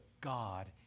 God